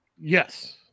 yes